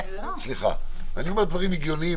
אני אומר דברים הגיוניים,